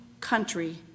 country